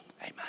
Amen